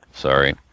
Sorry